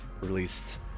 released